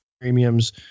premiums